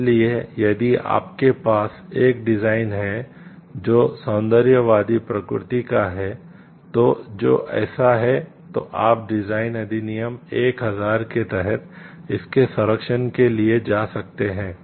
इसलिए यदि आपके पास एक डिज़ाइन है जो सौंदर्यवादी प्रकृति का है तो जो ऐसा है तो आप डिजाइन अधिनियम 1000 के तहत इसके संरक्षण के लिए जा सकते हैं